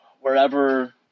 wherever